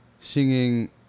singing